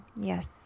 Yes